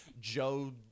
Joe